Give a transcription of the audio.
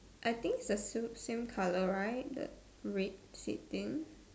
I think it's the sam~ same colour right the red same thing